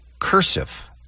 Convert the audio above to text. cursive